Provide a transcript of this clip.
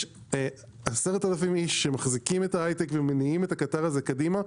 יש 10,000 איש שמחזיקים את ההייטק ומניעים את הקטר הזה קדימה.